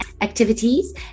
activities